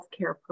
Healthcare